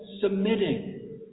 submitting